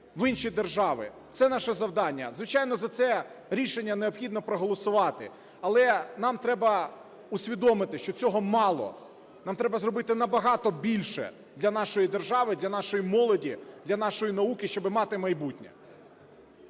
в інші держави. Це наше завдання. Звичайно, за це рішення необхідно проголосувати, але нам треба усвідомити, що цього мало, нам треба зробити набагато більше для нашої держави, для нашої молоді, для нашої науки, щоби мати майбутнє.